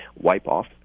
wipe-off